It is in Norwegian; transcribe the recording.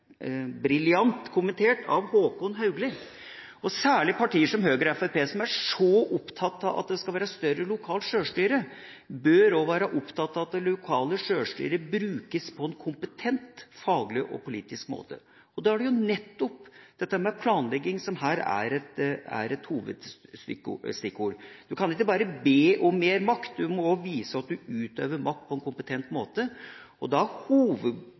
brilliant kommentert av Håkon Haugli. Og særlig partier som Høyre og Fremskrittspartiet, som er så opptatt av at det skal være større lokalt sjølstyre, bør også være opptatt av at det lokale sjølstyret brukes på en kompetent faglig og politisk måte. Da er det nettopp planlegging som er et stikkord. Du kan ikke bare be om mer makt, du må også vise at du utøver makt på en kompetent måte. Da er hovedproblemet knyttet til planlegging, for lite kompetent god offensiv planlegging og